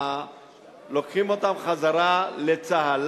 ואז לוקחים חזרה לצה"ל.